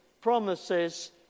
promises